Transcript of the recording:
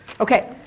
Okay